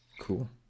Cool